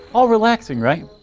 all relaxing, right?